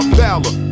valor